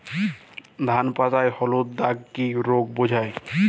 ধান পাতায় হলুদ দাগ কি রোগ বোঝায়?